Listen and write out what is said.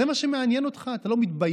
זה מה שמעניין אותך, אתה לא מתבייש?